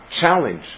Challenge